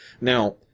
now